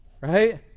right